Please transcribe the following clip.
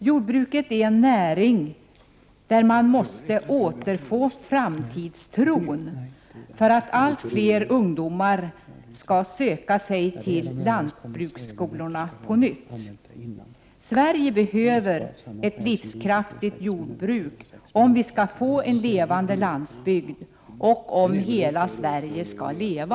Jordbruket är en näring där man måste återfå framtidstron, för att allt fler ungdomar på nytt skall söka sig till lantbruksskolorna. Sverige behöver ett livskraftigt jordbruk om vi skall få en levande landsbygd och om hela Sverige skall leva.